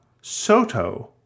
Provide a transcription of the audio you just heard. Soto